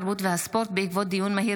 התרבות והספורט בעקבות דיון מהיר